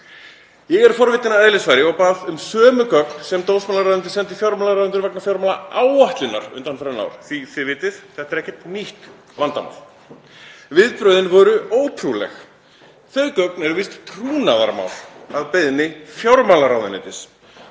Ég er forvitinn að eðlisfari og bað um sömu gögn og dómsmálaráðuneytið hefur sent fjármálaráðuneytinu vegna fjármálaáætlunar undanfarin ár — þið vitið að þetta er ekkert nýtt vandamál. Viðbrögðin voru ótrúleg. Þau gögn eru víst trúnaðarmál að beiðni fjármálaráðuneytisins.